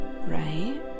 right